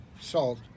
salt